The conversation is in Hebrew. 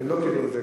הם לא קיבלו את זה,